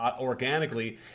organically